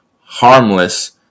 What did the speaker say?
harmless